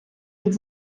від